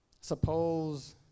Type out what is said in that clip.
Suppose